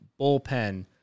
bullpen